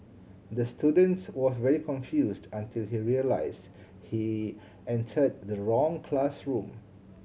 the students was very confused until he realised he entered the wrong classroom